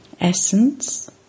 Essence